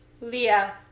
Leah